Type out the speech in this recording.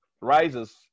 rises